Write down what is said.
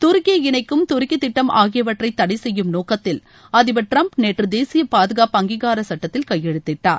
துருக்கியை இணைக்கும் துருக்கி திட்டம் ஆகியவற்றை தடை செய்யும் நோக்கத்தில் அதிபர் டிரம்ப் நேற்று தேசிய பாதுகாப்பு அங்கீகார சட்டத்தில் கையெழுத்திட்டார்